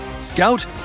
Scout